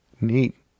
Neat